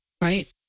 Right